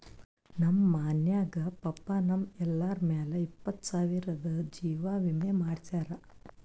ನಮ್ ಮನ್ಯಾಗ ಪಪ್ಪಾ ನಮ್ ಎಲ್ಲರ ಮ್ಯಾಲ ಇಪ್ಪತ್ತು ಸಾವಿರ್ದು ಜೀವಾ ವಿಮೆ ಮಾಡ್ಸ್ಯಾರ